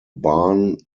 barn